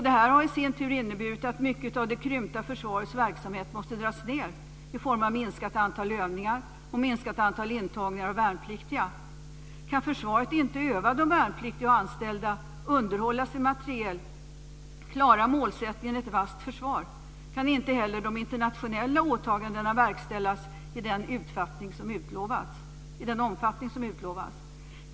Det har i sin tur inneburit att mycket av det krympta försvarets verksamhet måste dras ned i form av minskat antal övningar och minskat antal intagningar av värnpliktiga. Kan försvaret inte öva de värnpliktiga och de anställda, inte underhålla sin materiel, inte klara målsättningen "ett vasst försvar" kan inte heller de internationella åtagandena verkställas i den omfattning som utlovats.